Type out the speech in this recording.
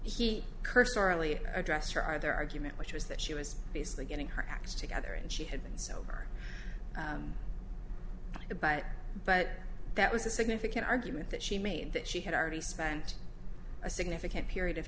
he cursed orally addressed her are there argument which was that she was basically getting her acts together and she had been sober by but that was a significant argument that she made that she had already spent a significant period of